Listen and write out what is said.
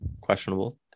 Questionable